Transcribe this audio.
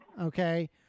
okay